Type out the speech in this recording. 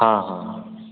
ହଁ ହଁ